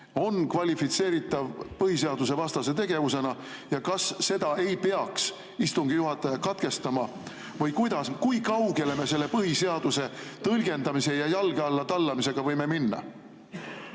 on kvalifitseeritav põhiseadusevastase tegevusena ja kas seda ei peaks istungi juhataja katkestama, või kuidas? Kui kaugele me selle põhiseaduse tõlgendamise ja jalge alla tallamisega võime minna?